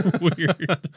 Weird